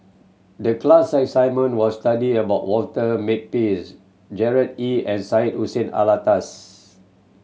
the class assignment was study about Walter Makepeace Gerard Ee and Syed Hussein Alatas